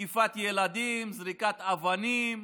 תקיפת ילדים, זריקת אבנים.